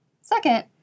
Second